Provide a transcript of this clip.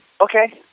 Okay